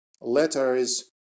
letters